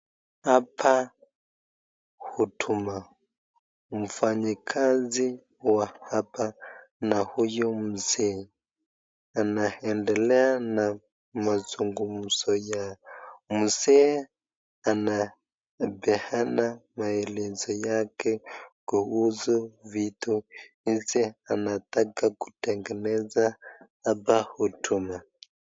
Hapa huduma mfanyikazi wa hapa na huyu mzee anaendelea na mazungumzo yao, mzee anapeana maelezo yake kuhusu vitu hizi anataka kutengeneza hapa huduma.